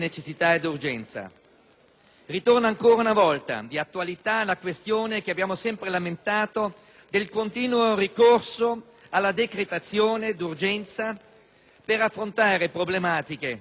Ritorna ancora una volta di attualità la questione, che abbiamo sembra lamentato, del continuo ricorso alla decretazione d'urgenza per affrontare problematiche non omogenee